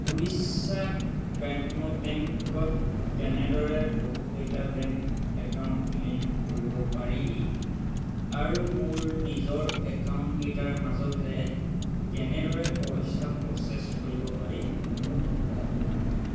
উৰিষ্য়াক গ্ৰাম্য বেংকত কেনেদৰে বহুকেইটা বেংক একাউণ্ট লিংক কৰিব পাৰি আৰু মোৰ নিজৰ একাউণ্টকেইটাৰ মাজতে কেনেদৰে পইচা প্ৰ'চেছ কৰিব পাৰি মোক কওঁক